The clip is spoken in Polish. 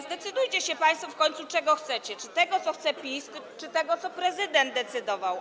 Zdecydujcie się państwo w końcu, czego chcecie: czy tego, co chce PiS, czy tego, o czym prezydent decydował.